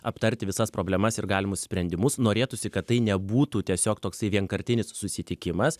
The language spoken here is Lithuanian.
aptarti visas problemas ir galimus sprendimus norėtųsi kad tai nebūtų tiesiog toksai vienkartinis susitikimas